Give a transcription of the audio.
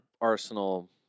Arsenal